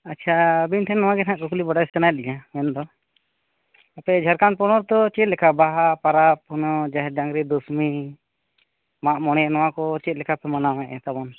ᱟᱪᱪᱷᱟ ᱟᱹᱵᱤᱱ ᱴᱷᱮᱱ ᱱᱚᱣᱟ ᱜᱮ ᱱᱟᱦᱟᱜ ᱠᱩᱠᱞᱤ ᱵᱟᱰᱟᱭ ᱥᱟᱱᱟᱭᱮᱫ ᱞᱤᱧᱟᱹ ᱢᱮᱱᱫᱚ ᱟᱯᱮ ᱡᱷᱟᱲᱠᱷᱚᱱᱰ ᱯᱚᱱᱚᱛ ᱫᱚ ᱪᱮᱫ ᱞᱮᱠᱟ ᱵᱟᱦᱟ ᱯᱟᱨᱟᱵᱽ ᱚᱱᱟ ᱡᱟᱦᱮᱨ ᱰᱟᱝᱨᱤ ᱫᱩᱥᱢᱤ ᱢᱟᱜᱽ ᱢᱚᱬᱮ ᱱᱚᱣᱟ ᱠᱚ ᱪᱮᱫ ᱞᱮᱠᱟᱯᱮ ᱢᱟᱱᱟᱣᱮᱫ ᱛᱟᱵᱚᱱᱟ